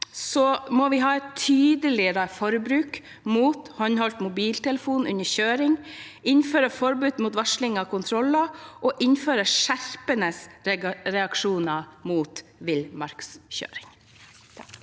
må vi ha et tydeligere forbud mot bruk av håndholdt mobiltelefon under kjøring, innføre forbud mot varsling av kontroller og innføre skjerpede reaksjoner mot villmannskjøring.